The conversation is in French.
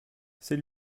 c’est